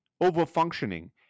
over-functioning